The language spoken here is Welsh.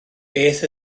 beth